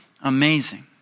amazing